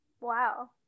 Wow